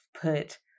put